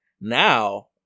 now